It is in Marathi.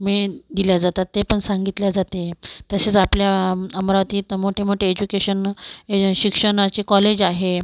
मेन दिल्या जातात ते पण सांगितले जाते तसेच आपल्या अम अमरावतीत मोठे मोठे एज्युकेशन आहे शिक्षणाचे कॉलेज आहे